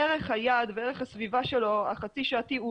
ערך היעד וערך הסביבה שלו החצי שעתי הוא